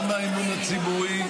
גם מהאמון הציבורי,